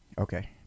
Okay